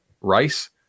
rice